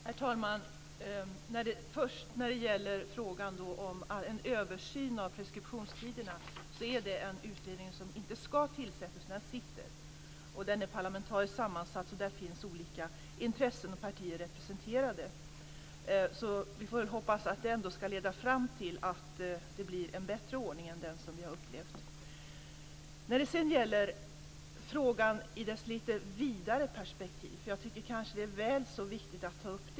Herr talman! Frågan är inte om det ska tillsättas en utredning om en översyn av preskriptionstiderna - den finns redan. Den är parlamentariskt sammansatt. Där finns olika intressen och partier representerade. Vi får hoppas att det leder fram till att det blir en bättre ordning än den som vi har upplevt. Sedan gäller det frågan i dess lite vidare perspektiv. Jag tycker kanske att det är väl så viktigt att ta upp.